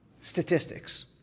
statistics